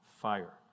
fire